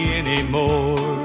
anymore